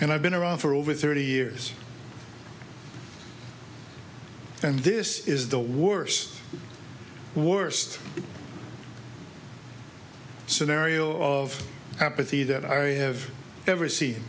and i've been around for over thirty years and this is the worst worst scenario of apathy that i have ever seen